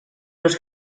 los